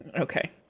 Okay